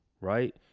right